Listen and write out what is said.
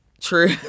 true